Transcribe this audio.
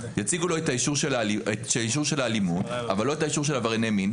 יציגו לו את האישור של האלימות אבל לא את האישור של עברייני מין,